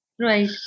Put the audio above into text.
Right